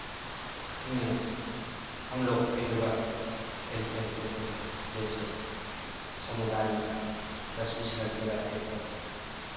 में हम लोग फील्ड वर्क खेल खेलते थे जैसे समुदाय में दस बीस लड़के रहते थे